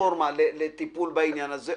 פלטפורמה לטיפול בעניין הזה,